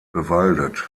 bewaldet